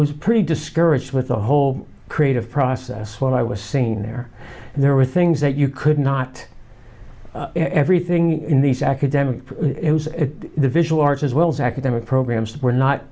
was pretty discouraged with the whole creative process what i was saying there and there were things that you could not everything in these academic it was at the visual arts as well as academic programs that were not